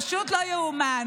פשוט לא ייאמן.